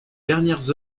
dernières